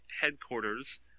headquarters